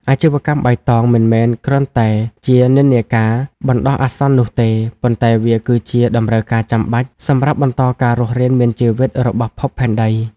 អាជីវកម្មបៃតងមិនមែនគ្រាន់តែជា "និន្នាការ" បណ្ដោះអាសន្ននោះទេ ប៉ុន្តែវាគឺជា "តម្រូវការចាំបាច់" សម្រាប់បន្តការរស់រានមានជីវិតរបស់ភពផែនដី។